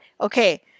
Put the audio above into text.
okay